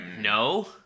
No